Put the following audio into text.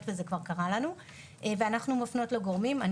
וזה כבר קרה לנו ואנחנו מפנות לגורמים רלוונטיים.